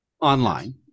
online